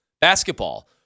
basketball